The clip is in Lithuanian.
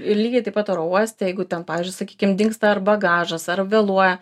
ir lygiai taip pat oro uoste jeigu ten pavyzdžiui sakykim dingsta ar bagažas ar vėluoja